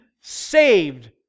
saved